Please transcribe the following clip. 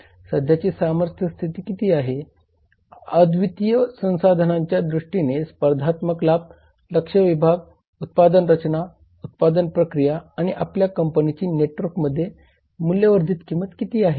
सध्याची सामर्थ्य किती आहे अद्वितीय संसाधनांच्या दृष्टीने स्पर्धात्मक लाभ लक्ष्य विभाग उत्पादन रचना उत्पादन प्रक्रिया आणि आपल्या कंपनीच्या नेटवर्कमध्ये मूल्यवर्धित किंमत किती आहे